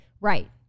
Right